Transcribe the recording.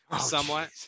somewhat